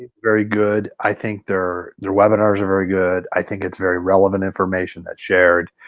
very good, i think their their webinars are very good, i think it's very relevant information that's shared.